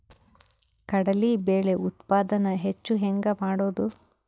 ಕಡಲಿ ಬೇಳೆ ಉತ್ಪಾದನ ಹೆಚ್ಚು ಹೆಂಗ ಮಾಡೊದು?